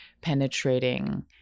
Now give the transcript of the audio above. penetrating